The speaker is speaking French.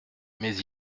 mais